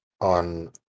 on